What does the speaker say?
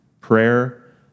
prayer